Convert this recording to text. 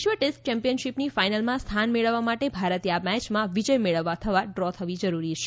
વિશ્વ ટેસ્ટ ચેમ્પિયનશીપની ફાઈનલમાં સ્થાન મેળવવા ભારતે આ મેચમાં વિજય મેળવવો થવા ડ્રો કરવી જરૂરી છે